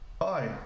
hi